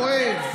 כואב.